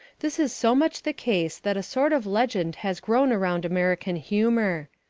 this is so much the case that a sort of legend has grown around american humour.